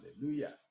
Hallelujah